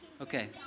Okay